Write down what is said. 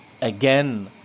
again